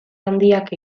handiak